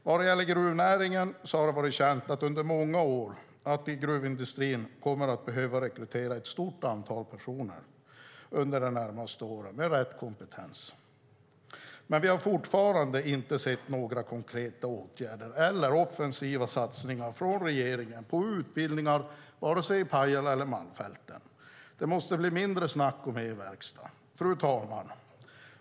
Vad gäller gruvnäringen har det varit känt i många år att gruvindustrin kommer att behöva rekrytera ett stort antal personer med rätt kompetens under de närmaste åren. Men vi har fortfarande inte sett några konkreta åtgärder eller offensiva satsningar från regeringen på utbildningar i vare sig Pajala eller Malmfälten. Det måste bli mindre snack och mer verkstad. Fru talman!